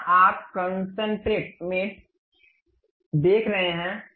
यहाँ आप कन्सेन्ट्रिक मेट देख सकते हैं